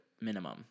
minimum